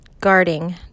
Guarding